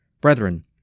Brethren